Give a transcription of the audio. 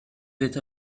with